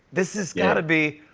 this has got to be,